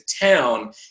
town